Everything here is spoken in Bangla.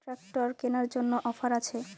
ট্রাক্টর কেনার জন্য অফার আছে?